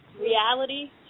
reality